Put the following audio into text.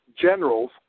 generals